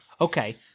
Okay